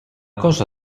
cosa